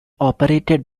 operated